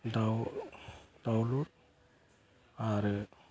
दाउ दाउलुर आरो